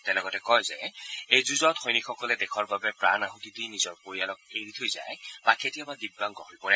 তেওঁ লগতে কয় যে এই যুঁজত সৈনিকসকলে দেশৰ বাবে প্ৰাণ আহতি দি নিজৰ পৰিয়ালক এৰি থৈ যায় বা কেতিয়াবা দিব্যাংগ হৈ পৰে